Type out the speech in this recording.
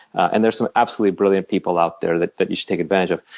and there are some absolutely brilliant people out there that that you should take advantage of.